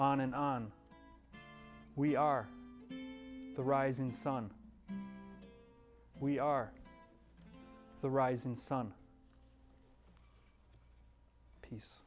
on and on we are the rising sun we are the rising sun